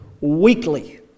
weekly